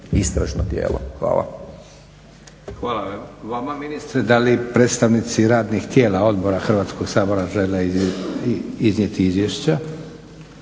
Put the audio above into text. Josip (SDP)** Hvala vama ministre. Da li predstavnici radnih tijela Odbora Hrvatskog sabora žele iznijeti izvješća?